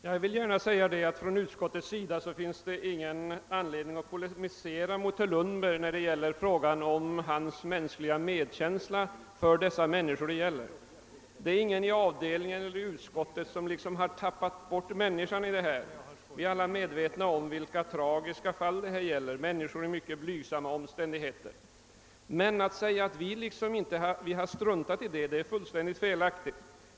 Herr talman! Det finns ingen anled ning för utskottet att polemisera mot herr Lundberg när det gäller hans medkänsla för de människor det här är fråga om. Det är ingen i avdelningen eller utskottet som tappat bort människan härvidlag. Vi är alla medvetna om vilka tragiska fall det här gäller, människor i mycket blygsamma omständigheter. Det är fullständigt fel att påstå att vi struntat i de mänskliga aspekterna.